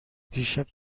دیشب